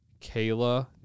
Kayla